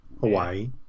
Hawaii